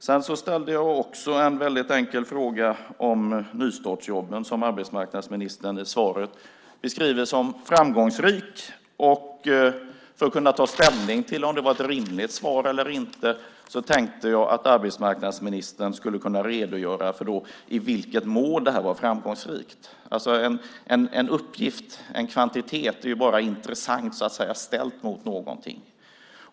Jag ställde också en väldigt enkel fråga om nystartsjobben som arbetsmarknadsministern i svaret beskriver som framgångsrika. För att kunna ta ställning till om det är ett rimligt svar eller inte tänkte jag att arbetsmarknadsministern skulle redogöra för i jämförelse med vilket mål det är framgångsrikt. En kvantitet är ju bara intressant ställd mot någonting.